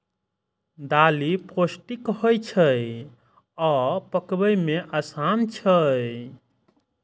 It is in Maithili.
दालि पौष्टिक होइ छै आ पकबै मे आसान छै